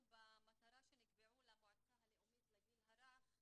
וציבור ההורים במועצה הלאומית לגיל הרך,